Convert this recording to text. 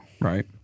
Right